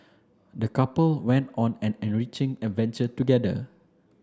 the couple went on an enriching adventure together